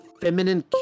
feminine